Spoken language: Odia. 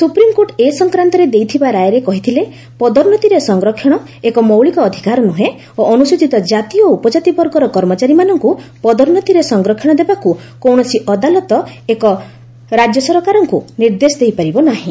ସୁପ୍ରିମକୋର୍ଟ ଏ ସଂକ୍ରାନ୍ତରେ ଦେଇଥିବା ରାୟରେ କହିଥିଲେ ପଦୋନ୍ନତିରେ ସଂରକ୍ଷଣ ଏକ ମୌଳିକ ଅଧିକାର ନୁହେଁ ଓ ଅନୁସୂଜିତ ଜାତି ଓ ଉପଜାତି ବର୍ଗ୍ର କର୍ମଚାରୀମାନଙ୍କୁ ପଦୋନ୍ନତିରେ ସଂରକ୍ଷଣ ଦେବାକୁ କୌଣସି ଅଦାଲତ ଏକ ରାଜ୍ୟ ସରକାରଙ୍କୁ ନିର୍ଦ୍ଦେଶ ଦେଇପାରିବେ ନାହିଁ